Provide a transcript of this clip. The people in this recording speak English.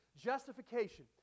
Justification